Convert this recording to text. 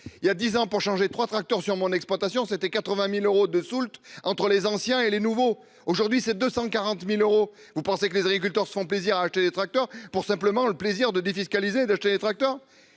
il y a 10 ans pour changer 3 tracteurs sur mon exploitation c'était 80.000 euros de Soultz entre les anciens et les nouveaux aujourd'hui c'est 240.000 euros. Vous pensez que les agriculteurs font plaisir à acheter des tracteurs pour simplement le plaisir de défiscaliser d'acheter des tracteurs.